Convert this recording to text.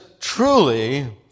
Truly